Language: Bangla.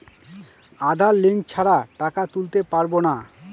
আধার লিঙ্ক ছাড়া টাকা তুলতে পারব না?